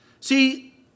See